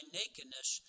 nakedness